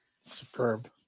superb